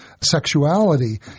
sexuality